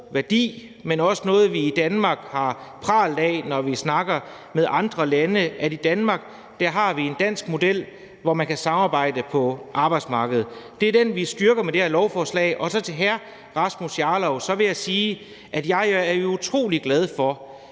værdi, men også noget, vi i Danmark har pralet af, når vi snakker med andre lande om, at vi i Danmark har en dansk model, hvor man kan samarbejde på arbejdsmarkedet. Det er den, vi styrker, med det her lovforslag. Og til hr. Rasmus Jarlov vil jeg så sige, at jeg jo er utrolig glad for,